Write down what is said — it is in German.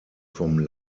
vom